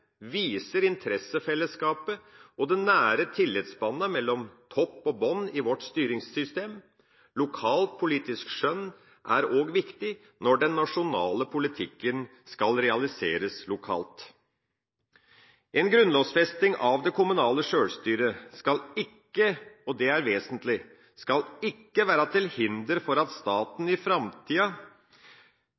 viser interessefellesskapet og det nære tillitsbåndet mellom topp og bunn i vårt styringssystem. Lokalt politisk skjønn er også viktig når den nasjonale politikken skal realiseres lokalt. En grunnlovfesting av det kommunale sjølstyret skal ikke – og det er vesentlig – være til hinder for at staten i framtida